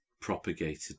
propagated